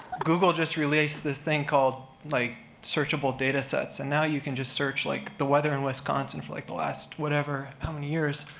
google just released this thing called like searchable datasets, and now you can just search like the weather in wisconsin, for like the last whatever, how many years.